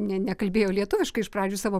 nė nekalbėjo lietuviškai iš pradžių savo